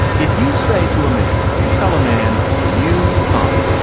if you say to a man, if you tell a man you come,